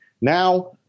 Now